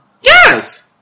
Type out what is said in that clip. Yes